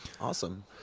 Awesome